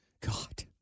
God